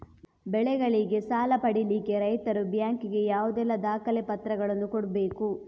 ಬೆಳೆಗಳಿಗೆ ಸಾಲ ಪಡಿಲಿಕ್ಕೆ ರೈತರು ಬ್ಯಾಂಕ್ ಗೆ ಯಾವುದೆಲ್ಲ ದಾಖಲೆಪತ್ರಗಳನ್ನು ಕೊಡ್ಬೇಕು?